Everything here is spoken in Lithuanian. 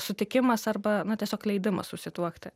sutikimas arba na tiesiog leidimas susituokti